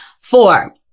Four